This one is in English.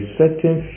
certain